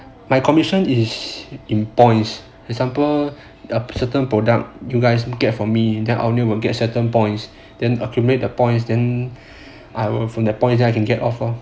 my commission is in points example a certain product you guys get from me then the owner will get certain points then accumulate the points then from the point I can get offer